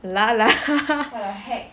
lala ahead